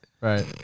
Right